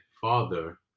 father